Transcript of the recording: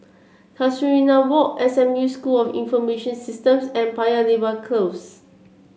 Casuarina Walk S M U School of Information Systems and Paya Lebar Close